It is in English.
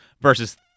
versus